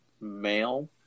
male